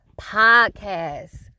podcast